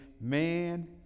man